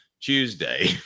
Tuesday